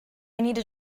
needed